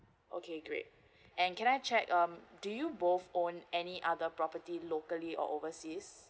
okay great and can I check um do you both own any other property locally or overseas